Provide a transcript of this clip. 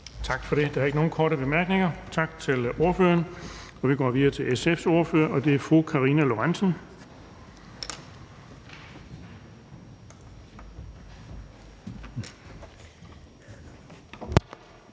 Tak for det. Der er ikke nogen korte bemærkninger. Tak til ordføreren. Vi går videre til SF's ordfører, og det er fru Karina Lorentzen